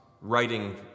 writing